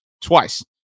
twice